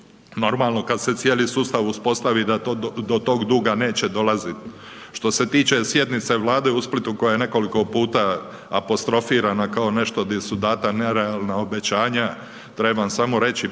normalno kad se cijeli sustav uspostavi da do tog duga neće dolazit. Što se tiče sjednice Vlade u Splitu koja je nekoliko puta apostrofirana kao nešto di su data nerealna obećanja, trebam samo reći,